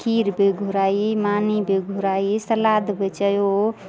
खीर बि घुराई मानी बि घुराई सलाद बि चयो